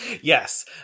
Yes